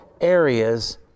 areas